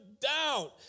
down